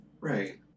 Right